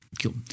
Cool